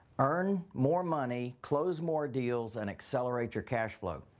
earn more money, close more deals, and accelerate your cash flow.